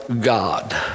God